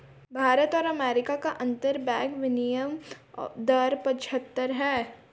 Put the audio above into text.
भारत और अमेरिका का अंतरबैंक विनियम दर पचहत्तर है